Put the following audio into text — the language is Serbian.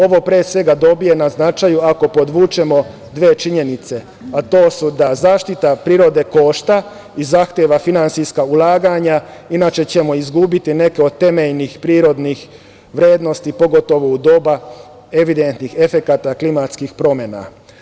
Ovo pre svega dobija na značaju ako podvučemo dve činjenice, a to su da zaštita prirode košta i zahteva finansijska ulaganja, inače ćemo izgubiti neke od temeljnih prirodnih vrednosti, pogotovo u doba evidentnih efekata klimatskih promena.